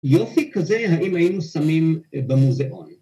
‫יופי כזה, האם היינו שמים במוזיאון?